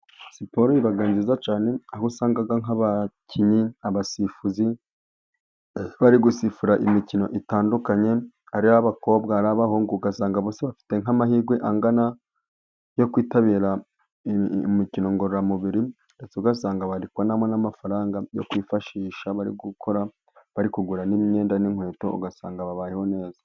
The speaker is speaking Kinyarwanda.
Siporo iba nziza cyane aho usanga nk'abakinnyi , abasifuzi bari gusifura imikino itandukanye. Ari abakobwa n'abahungu ugasanga bose bafite amahirwe angana yo kwitabira imikino ngororamubiri, ndetse ugasanga bari kubonamo n'amafaranga yo kwifashisha bari gukora bari kuguramo imyenda n'inkweto, ugasanga babayeho neza.